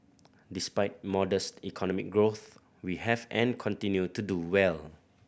despite modest economic growth we have and continue to do well